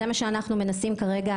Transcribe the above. זה מה שאנחנו רוצים כרגע,